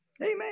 Amen